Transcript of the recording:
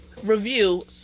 Review